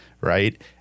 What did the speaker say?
Right